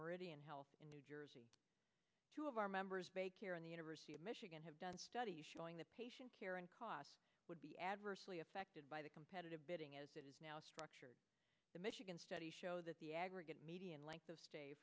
meridian health in new jersey two of our members here in the university of michigan have done studies showing that patient care and cost would be adversely affected by the competitive bidding as it is now structured the michigan study show that the aggregate median length of stay